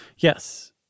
Yes